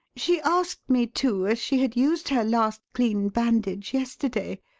she asked me to, as she had used her last clean bandage yesterday.